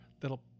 that'll